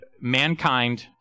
mankind